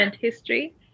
history